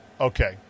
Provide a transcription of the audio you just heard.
okay